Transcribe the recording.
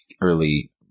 early